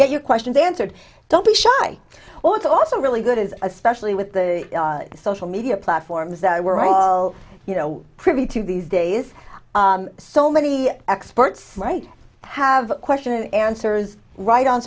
get your questions answered don't be shy or it's also really good as especially with the social media platforms that we're all you know privy to these days so many experts right have question answers right on